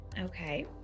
Okay